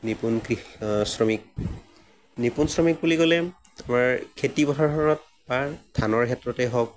নিপুণ কৃষ শ্ৰমিক নিপুণ শ্ৰমিক বুলি ক'লে আমাৰ খেতি পথাৰখনত বা ধানৰ ক্ষেত্ৰতে হওক